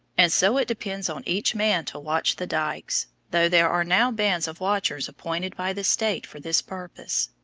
and so it depends on each man to watch the dykes, though there are now bands of watchers appointed by the state for this purpose.